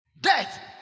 Death